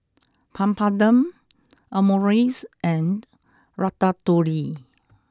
Papadum Omurice and Ratatouille